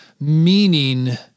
meaning